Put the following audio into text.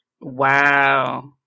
Wow